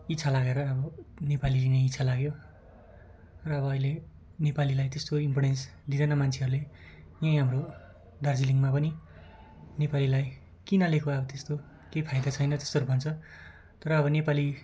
इच्छा लागेर अब नेपाली लिने इच्छा लाग्यो र अब अहिले नेपालीलाई त्यस्तो इम्पोर्टेन्स दिँदैन मान्छेहरूले यो यहाँबाट दार्जिलिङमा पनि नेपालीलाई किन लिएको अब त्यस्तो केही फाइदा छैन त्यस्तोहरू भन्छ तर अब नेपाली